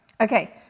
okay